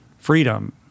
freedom